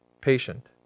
patient